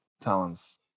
talents